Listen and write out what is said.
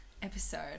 episode